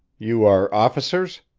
you are officers?